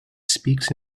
speaks